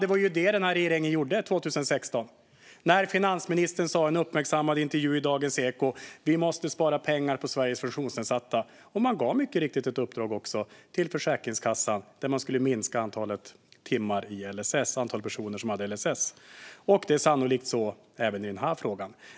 Det var ju det som den här regeringen gjorde 2016, när finansministern i en uppmärksammad intervju i Dagens Eko sa: Vi måste spara pengar på Sveriges funktionsnedsatta. Mycket riktigt gav man också ett uppdrag till Försäkringskassan att minska antalet timmar i LSS och antalet personer som hade LSS. Det är sannolikt så även i den här frågan.